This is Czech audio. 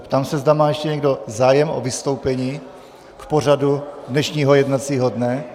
Ptám se, zda má ještě někdo zájem o vystoupení k pořadu dnešního jednacího dne.